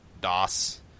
DOS